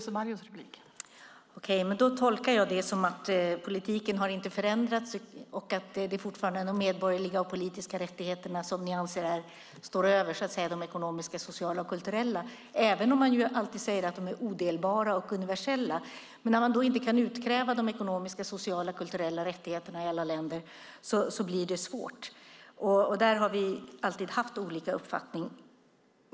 Fru talman! Då tolkar jag det som att politiken inte har förändrats och att det fortfarande är de medborgerliga och politiska rättigheterna som står över de ekonomiska, sociala och kulturella, även om man alltid säger att de är odelbara och universella. När man då inte kan utkräva de ekonomiska, sociala och kulturella rättigheterna i alla länder blir det svårt. Där har vi alltid haft olika uppfattning.